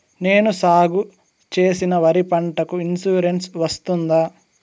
నేను సాగు చేసిన వరి పంటకు ఇన్సూరెన్సు వస్తుందా?